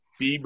Bieber